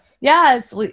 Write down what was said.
yes